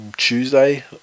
tuesday